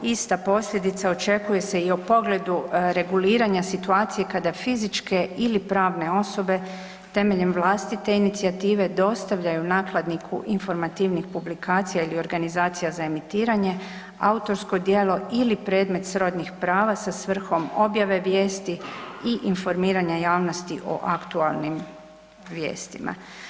Ista posljedica očekuje se i u pogledu reguliranja situacije kada fizičke ili pravne osobe temeljem vlastite inicijative dostavljaju nakladniku informativnih publikacija ili organizacija za emitiranje autorsko djelo ili predmet srodnih prava sa svrhom objave vijesti i informiranja javnosti o aktualnim vijestima.